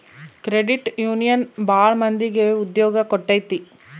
credit union ಭಾಳ ಮಂದಿಗೆ ಉದ್ಯೋಗ ಕೊಟ್ಟೈತಿ